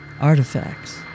artifacts